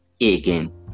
again